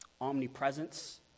omnipresence